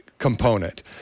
component